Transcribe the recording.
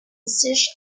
messages